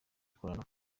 gukoraho